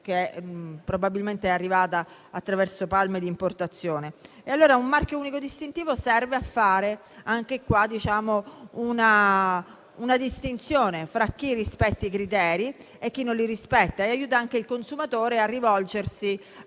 è probabilmente arrivata attraverso palme di importazione. Un marchio unico distintivo serve allora a fare una distinzione fra chi rispetta i criteri e chi non li rispetta e aiuta anche il consumatore a rivolgersi